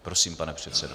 Prosím, pane předsedo.